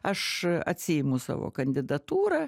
aš atsiimu savo kandidatūrą